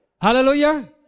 Hallelujah